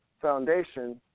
Foundation